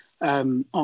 on